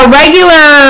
regular